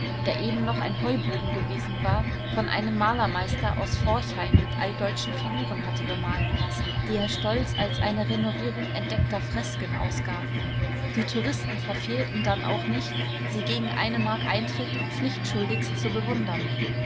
der eben noch ein heuboden gewesen war von einem malermeister aus forchheim mit altdeutschen figuren hatte bemalen lassen die er stolz als eine renovierung entdeckter fresken ausgab die touristen verfehlten dann auch nicht sie gegen eine mark eintritt pflichtschuldigst zu bewundern